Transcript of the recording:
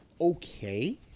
okay